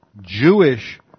Jewish